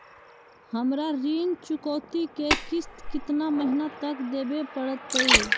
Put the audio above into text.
हमरा ऋण चुकौती के किस्त कितना महीना तक देवे पड़तई?